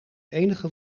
enige